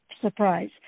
surprise